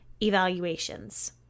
evaluations